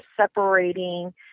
separating